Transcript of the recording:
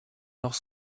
noch